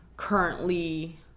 currently